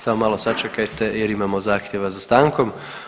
Samo malo sačekajte jer imamo zahtjeva za stankom.